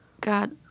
God